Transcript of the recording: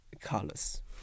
colors